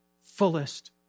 fullest